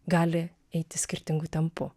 gali eiti skirtingu tempu